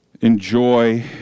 enjoy